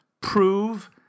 prove